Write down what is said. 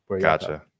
Gotcha